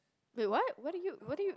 wait what what are you what are you